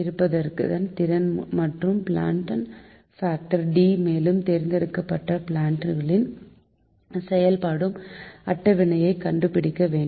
இருப்புத்திறன் மற்றும் plant factor மேலும் தேர்தெடுக்கப்பட்ட பிளான்ட் களின் செயல்பாட்டு அட்டவணையை கண்டுபிடிக்க வேண்டும்